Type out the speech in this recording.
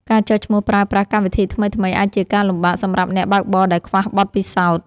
ការចុះឈ្មោះប្រើប្រាស់កម្មវិធីថ្មីៗ អាចជាការលំបាកសម្រាប់អ្នកបើកបរដែលខ្វះបទពិសោធន៍។